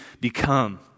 become